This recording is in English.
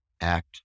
act